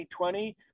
2020